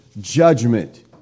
judgment